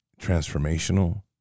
transformational